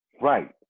Right